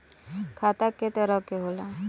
खाता क तरह के होला?